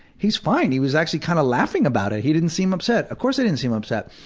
he's fine, he was actually kind of laughing about it. he didn't seem upset. of course i didn't seem upset.